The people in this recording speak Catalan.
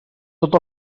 tot